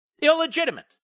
Illegitimate